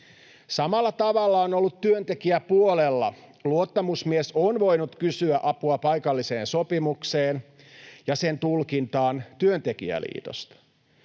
Samalla tavalla on ollut työntekijäpuolella. Luottamusmies on voinut kysyä apua paikalliseen sopimukseen ja sen tulkintaan työntekijäliitosta.